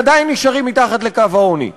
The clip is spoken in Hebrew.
הם עדיין נשארים מתחת לקו העוני.